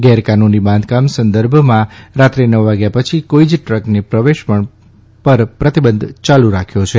ગેરકાનૂની બાંધકામ સંદર્ભમાં રાત્રે નવ વાગ્યા પછી કોઇ જ ટ્રકને પ્રવેશ પર પ્રતિબંધ યાલુ રાખ્યો છે